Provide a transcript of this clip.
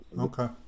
Okay